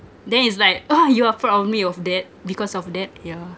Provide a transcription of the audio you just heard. then is like oh you are proud of me of that because of that yeah